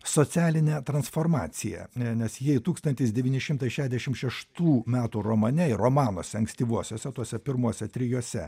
socialinę transformaciją nes jei tūkstantis devyni šimtai šešiasdešim šeštų metų romane ir romanuose ankstyvuosiuose tuose pirmuose trijuose